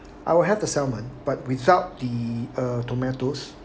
I will have the salmon but without the uh tomatoes